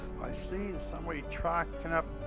i seen somebody trucking up.